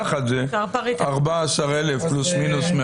יחד זה 14,000 פלוס מינוס.